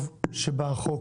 טוב שבא החוק,